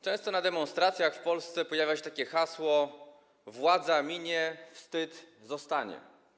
Często na demonstracjach w Polsce pojawia się takie hasło: władza minie, wstyd zostanie.